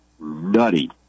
nutty